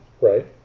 right